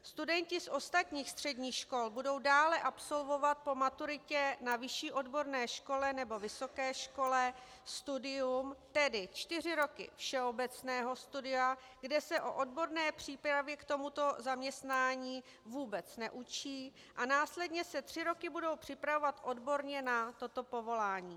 Studenti z ostatních středních škol budou dále absolvovat po maturitě na vyšší odborné škole nebo vysoké škole studium, tedy čtyři roky všeobecného studia, kde se o odborné přípravě k tomuto zaměstnání vůbec neučí, a následně se tři roky budou připravovat odborně na toto povolání.